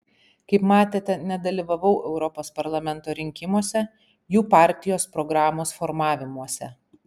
kaip matėte nedalyvavau europos parlamento rinkimuose jų partijos programos formavimuose